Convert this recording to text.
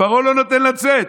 פרעה לא נותן לצאת.